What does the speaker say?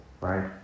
right